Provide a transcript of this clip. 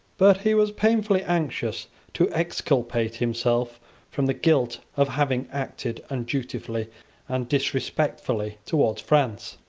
but he was painfully anxious to exculpate himself from the guilt of having acted undutifully and disrespectfully towards france.